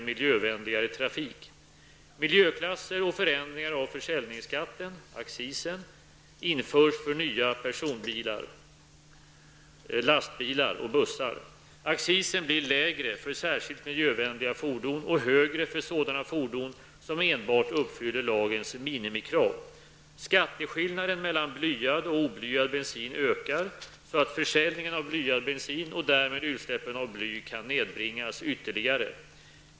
Miljöklasser och förändringar av försäljningsskatten införs för nya personbilar, lastbilar och bussar. Accisen blir lägre för särskilt miljövänliga fordon och högre för sådana fordon som enbart uppfyller lagens minimikrav. Skatteskillnaden mellan blyad och oblyad bensin ökar så att försäljningen av blyad bensin och därmed utsläppen av bly kan nedbringas ytterligare.